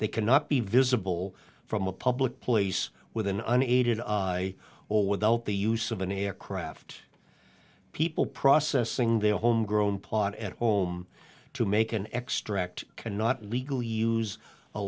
they cannot be visible from a public place within an aided i or without the use of an aircraft people processing their homegrown plot at home to make an extract cannot legally use a